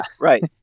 Right